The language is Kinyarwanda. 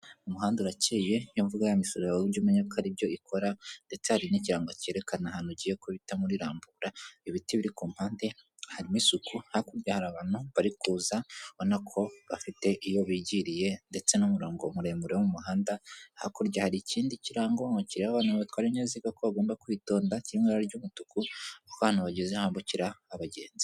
umuhanda urakeye iyo mvuga ya misoro yawe ujya umenya ko ari byo ikora ndetse hari n'ikirango cyerekana ahantu ugiye kuhita muri rambura ibiti biri ku mpande harimo isuku hakurya hari abantu bari kuza ubona ko bafite iyo bigiriye ndetse n'umurongo muremure wo mu muhanda hakurya hari ikindi kirango ngo kireba abantu batwara ibinyabiziga ko bagomba kwitonda kiri mu ibara ry'umutuku kuko ahantu bageze hambukira abagenzi.